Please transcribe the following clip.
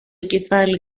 κεφάλι